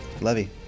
Levy